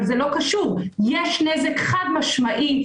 אבל יש נזק חד משמעי.